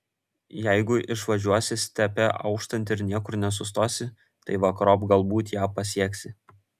jeigu išvažiuosi stepe auštant ir niekur nesustosi tai vakarop galbūt ją pasieksi